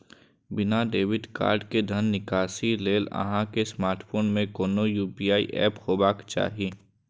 बिना debit card के धन निकासी लेल अहां के स्मार्टफोन मे कोनो यू.पी.आई एप हेबाक चाही